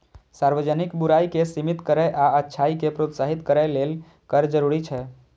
सार्वजनिक बुराइ कें सीमित करै आ अच्छाइ कें प्रोत्साहित करै लेल कर जरूरी छै